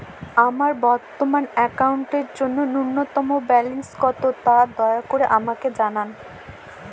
আমার বর্তমান অ্যাকাউন্টের জন্য ন্যূনতম ব্যালেন্স কত, তা দয়া করে আমাকে জানান